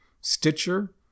Stitcher